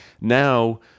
Now